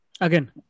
Again